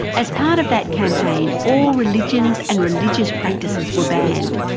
as part of that campaign all religions and religious practices were banned.